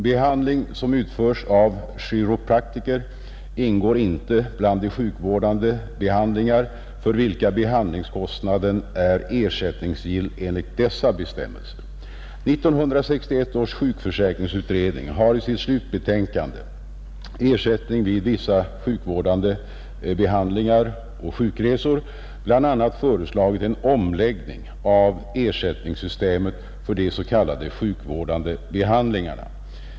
Behandling som behandling hos chiroutförs av chiropraktor ingår inte bland de sjukvårdande behandlingar för praktor vilka behandlingskostnaden är ersättningsgill enligt dessa bestämmelser. 1961 års sjukförsäkringsutredning har i sitt slutbetänkande , Ersättning vid vissa sjukvårdande behandlingar och sjukresor, bl.a. föreslagit en omläggning av ersättningssystemet för de s.k. sjukvårdande behandlingarna.